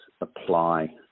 apply